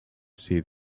see